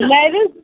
lavish